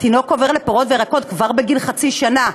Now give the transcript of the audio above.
התינוק עובר לפירות וירקות כבר בגיל חצי שנה.